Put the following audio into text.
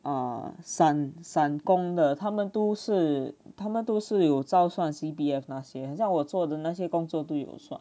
err 散散工的他们都是他们都是有照算 C_P_F 那些好像我做的那些工作都有算